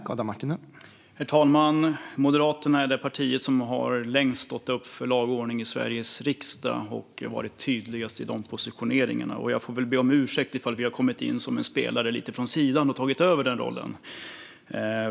Herr talman! Moderaterna är det parti som längst har stått upp för lag och ordning i Sveriges riksdag och som har varit tydligast i dessa positioneringar. Jag får be om ursäkt ifall vi har kommit in som en spelare lite från sidan och tagit över denna roll.